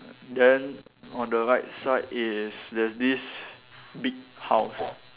then on the right side is there's this big house